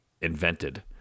invented